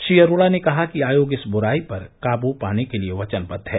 श्री अरोड़ा ने कहा कि आयोग इस बुराई पर काबू पाने के लिए वचनबद्व है